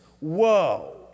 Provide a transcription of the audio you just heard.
Whoa